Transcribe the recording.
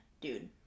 dude